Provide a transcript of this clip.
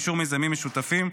אישור מיזמים משותפים,